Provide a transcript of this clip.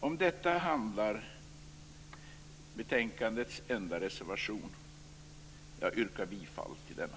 Om detta handlar betänkandets enda reservation. Jag yrkar bifall till denna.